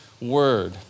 word